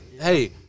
hey